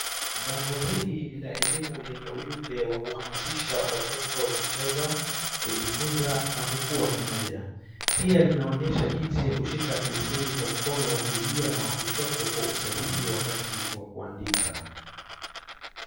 Bango hili ni la elimu lenye ujumbe wa kuhamasisha watoto kucheza, kujifunza na kukua pamoja. Pia linaonyesha jinsi ya kushika penseli kwa mkono wa kulia na wa kushoto kwa usahihi wakati wa kuandika.